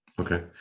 Okay